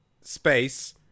space